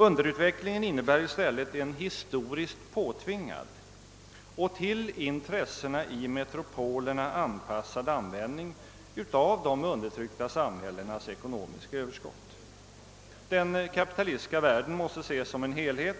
Underutvecklingen innebär i stället en historiskt påtvingad och till intressena i metropolerna anpassad användning av de undertryckta samhällenas ekonomiska överskott. Den kapitalistiska världen måste ses som en helhet,